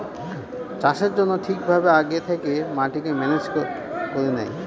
চাষের জন্য ঠিক ভাবে আগে থেকে মাটিকে ম্যানেজ করে নেয়